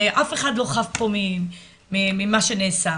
אף אחד לא חף פה ממה שנעשה,